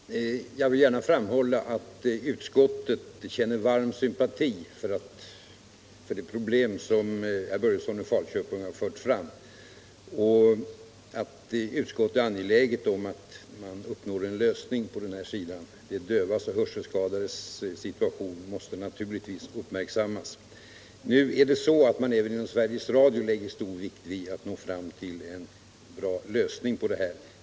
Herr talman! Jag vill gärna framhålla att utskottet känner varm sympati för det problem som herr Börjesson i Falköping har fört fram och att utskottet är angeläget om att man uppnår en lösning. De dövas och hörselskadades situation måste naturligtvis uppmärksammas. Nu lägger man även inom Sveriges Radio stor vikt vid att nå fram till en bra lösning på detta problem.